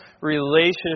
relationship